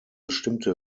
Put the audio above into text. bestimmte